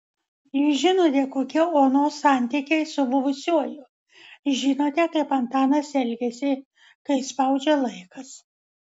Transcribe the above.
jūs žinote kokie onos santykiai su buvusiuoju žinote kaip antanas elgiasi kai spaudžia laikas